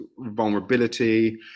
vulnerability